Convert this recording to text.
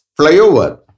flyover